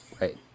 right